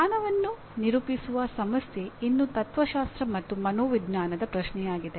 ಜ್ಞಾನವನ್ನು ನಿರೂಪಿಸುವ ಸಮಸ್ಯೆ ಇನ್ನೂ ತತ್ವಶಾಸ್ತ್ರ ಮತ್ತು ಮನೋವಿಜ್ಞಾನದ ಪ್ರಶ್ನೆಯಾಗಿದೆ